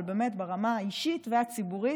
אבל באמת ברמה האישית והציבורית,